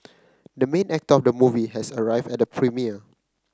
the main actor of the movie has arrived at the premiere